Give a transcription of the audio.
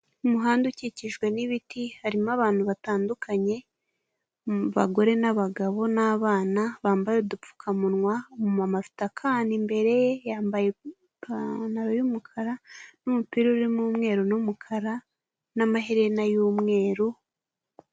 Umuhanda ukikijwe n'ibiti, harimo abantu batandukanye; abagore n'abagabo n'abana bambaye udupfukamunwa, umumama afite akana imbere yambaye ipantaro y'umukara n' umupira urimo umweru n'umukara n'amaherena y'umweru...